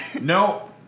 no